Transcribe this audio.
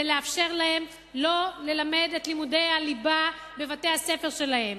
זה לאפשר להם לא ללמד את לימודי הליבה בבתי-הספר שלהם.